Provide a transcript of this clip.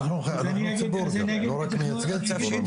נכון, אנחנו הציבור גם, לא רק מייצגים ציבור.